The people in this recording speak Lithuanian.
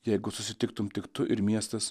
jeigu susitiktum tik tu ir miestas